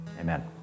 Amen